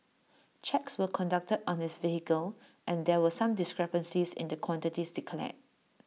checks were conducted on his vehicle and there were some discrepancies in the quantities declared